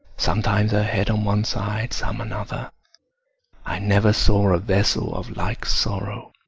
sometimes her head on one side, some another i never saw a vessel of like sorrow,